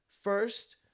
First